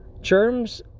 Germs